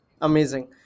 Amazing